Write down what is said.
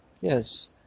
Yes